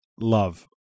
love